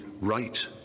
right